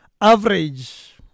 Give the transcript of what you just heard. average